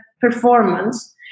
performance